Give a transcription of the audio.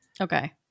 Okay